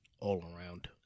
all-around